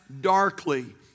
darkly